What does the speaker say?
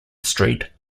street